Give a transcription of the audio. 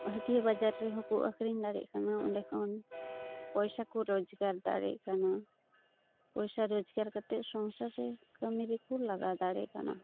ᱦᱟᱹᱴᱭᱟ ᱵᱟᱡᱟᱨ ᱨᱮᱦᱚ ᱠᱚ ᱟᱹᱠᱷᱨᱤᱧ ᱫᱟᱲᱮᱜ ᱠᱟᱱᱟ ᱚᱸᱰᱮ ᱠᱷᱚᱱ ᱯᱚᱭᱥᱟ ᱠᱚ ᱨᱚᱡᱜᱟᱨ ᱫᱟᱲᱮᱜ ᱠᱟᱱᱟ ᱯᱚᱭᱥᱟ ᱨᱚᱡᱜᱟᱨ ᱠᱟᱛᱮ ᱥᱚᱝᱥᱟᱨ ᱨᱮ ᱠᱟᱹᱢᱤ ᱨᱮᱠᱚ ᱞᱟᱜᱟᱣ ᱫᱟᱲᱮᱜ ᱠᱟᱱᱟ